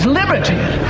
liberty